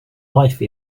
life